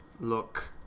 look